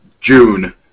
June